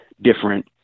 different